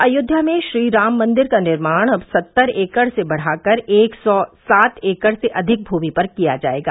अयोध्या में श्रीराम मंदिर का निर्माण अब सत्तर एकड़ से बढ़ाकर एक सौ सात एकड़ से अधिक भूमि पर किया जाएगा